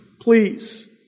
please